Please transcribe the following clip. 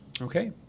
Okay